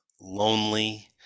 lonely